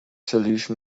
solution